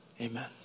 amen